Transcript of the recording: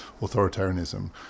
authoritarianism